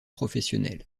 professionnel